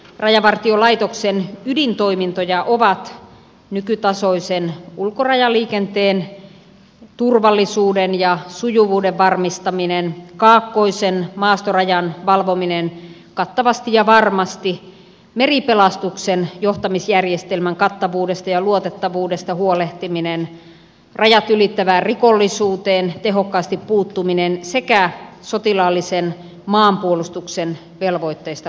rajavartiolaitoksen ydintoimintoja ovat nykytasoisen ulkorajaliikenteen turvallisuuden ja sujuvuuden varmistaminen kaakkoisen maastorajan valvominen kattavasti ja varmasti meripelastuksen johtamisjärjestelmän kattavuudesta ja luotettavuudesta huolehtiminen rajat ylittävään rikollisuuteen tehokkaasti puuttuminen sekä sotilaallisen maanpuolustuksen velvoitteista huolehtiminen